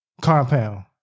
Compound